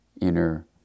inner